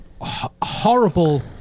horrible